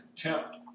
contempt